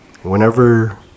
Whenever